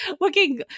looking